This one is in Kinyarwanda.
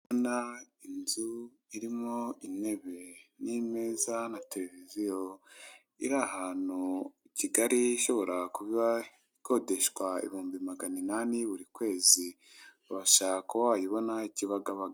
Ndabona inzu irimo intebe n'imeza na televiziyo, iri ahantu Kigali ishobora kuba ikodeshwa ibihumbi magana inane buri kwezi wabasha kuba wayibona i Kibagabaga.